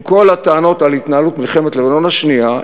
עם כל הטענות על התנהלות מלחמת לבנון השנייה,